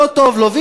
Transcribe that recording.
או לא טוב לו,